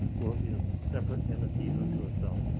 will be a separate entity unto itself.